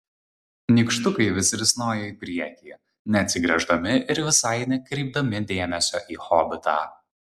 nykštukai vis risnojo į priekį neatsigręždami ir visai nekreipdami dėmesio į hobitą